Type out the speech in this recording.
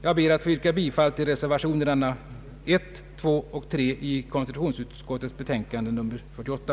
Jag ber att få yrka bifall till reservationerna 1, 2 och 3 vid konstitutionsutskottets utlåtande nr 48.